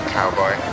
Cowboy